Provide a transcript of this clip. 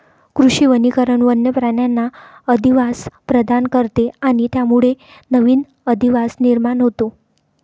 कृषी वनीकरण वन्य प्राण्यांना अधिवास प्रदान करते आणि त्यामुळे नवीन अधिवास निर्माण होतो